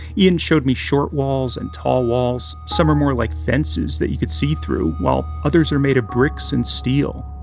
ian showed me short walls and tall walls. some are more like fences that you could see through, while others are made of bricks and steel.